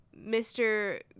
mr